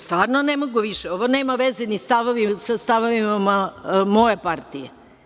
Stvarno ne mogu više. ovo nema veze sa stavovima moje partije.